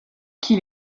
qu’il